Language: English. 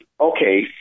Okay